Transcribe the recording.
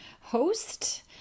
host